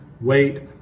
weight